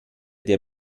der